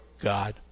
God